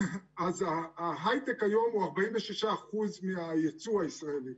אז ההיי-טק היום הוא 46% מהייצוא הישראלי,